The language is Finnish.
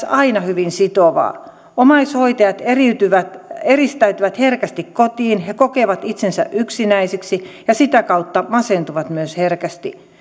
aina hyvin sitovaa omaishoitajat eristäytyvät eristäytyvät herkästi kotiin he kokevat itsensä yksinäisiksi ja sitä kautta masentuvat myös herkästi